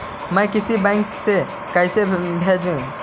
मैं किसी बैंक से कैसे भेजेऊ